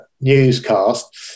newscast